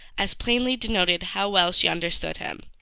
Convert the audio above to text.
as plainly denoted how well she understood him.